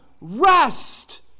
rest